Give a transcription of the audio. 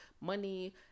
money